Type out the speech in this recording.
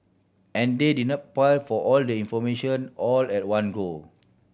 and they didn't pile for all the information all at one go